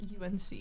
unc